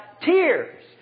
tears